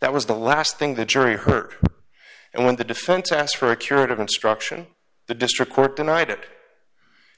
that was the last thing the jury heard and when the defense asked for a curative instruction the district court denied it